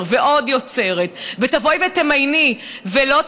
ועוד יוצרת ותבואי ותמייני ולא תאפשרי,